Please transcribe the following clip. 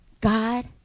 God